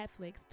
Netflix